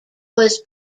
was